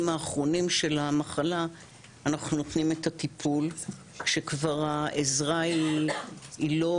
האחרונים של המחלה את הטיפול כשכבר העזרה היא לא